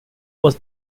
was